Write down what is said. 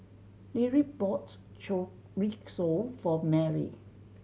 Lyric bought Chorizo for Mary